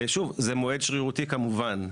שוב, זה מועד שרירותי כמובן.